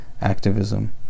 activism